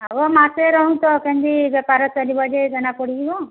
ହଉ ମାସେ ରହୁ ତ କେମିତି ବେପାର ଚାଲିବ ଯେ ଜଣା ପଡ଼ିଯିବ